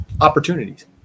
opportunities